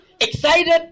excited